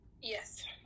Yes